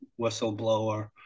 whistleblower